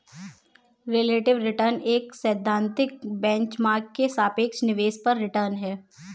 relative return एक सैद्धांतिक benchmark के सापेक्ष निवेश पर रिटर्न है